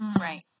Right